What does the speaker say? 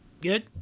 good